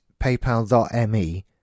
paypal.me